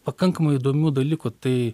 pakankamai įdomių dalykų tai